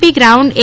P ground A